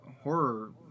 horror